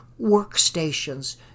workstations